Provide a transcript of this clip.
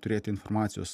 turėti informacijos